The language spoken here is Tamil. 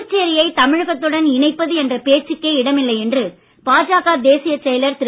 புதுச்சேரியை தமிழகத்துடன் இணைப்பு என்ற பேச்சுக்கே என்று பாஜக தேசியச் செயலர் திரு